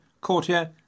courtier